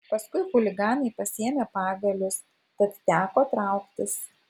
paskui chuliganai pasiėmė pagalius tad teko trauktis